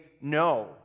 no